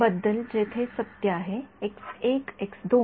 विद्यार्थीः त्या x 1 x 2 बद्दल